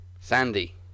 Sandy